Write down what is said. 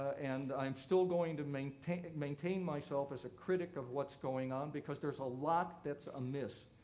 and i'm still going to maintain maintain myself as a critic of what's going on because there is a lot that's amiss,